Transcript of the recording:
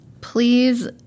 please